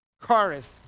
chorus